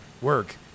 work